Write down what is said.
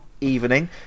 evening